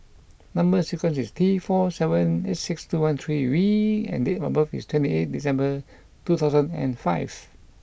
number sequence is T four seven eight six two one three V and date of birth is twenty eight December two thousand and five